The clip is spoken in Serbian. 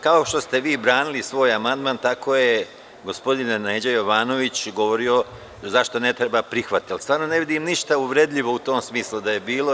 Kao što ste vi branili svoj amandman, tako je gospodin Neđo Jovanović, govorio zašto ne treba prihvatiti, ali stvarno ne vidim ništa uvredljivo u tom smislu da je bilo.